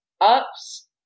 Ups